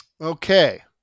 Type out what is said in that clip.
okay